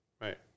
Right